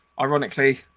ironically